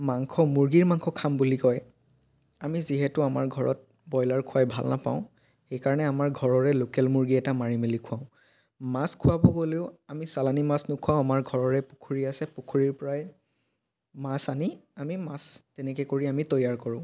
মাংস মুৰ্গীৰ মাংস খাম বুলি কয় আমি যিহেতু আমাৰ ঘৰত ব্ৰইলাৰ খুৱাই ভাল নাপাওঁ সেইকাৰণে আমাৰ ঘৰৰে লোকেল মুৰ্গী এটা মাৰি মেলি খুৱাওঁ মাছ খুৱাব গ'লেও আমি চালানী মাছ নুখুৱাওঁ আমাৰ ঘৰৰে পুখুৰী আছে পুখুৰীৰ প্ৰায় মাছ আনি আমি মাছ তেনেকৈ কৰি আমি তৈয়াৰ কৰোঁ